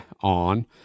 on